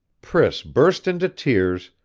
priss burst into tears,